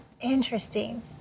Interesting